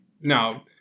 now